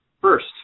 First